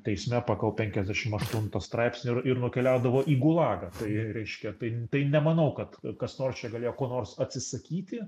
teisme pagal penkiasdešim aštuntą straipsnį ir ir nukeliaudavo į gulagą tai reiškia tai tai nemanau kad kas nors čia galėjo ko nors atsisakyti